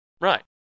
right